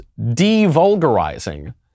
devulgarizing